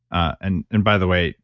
and and by the way,